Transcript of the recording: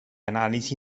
analisi